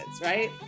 right